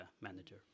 manager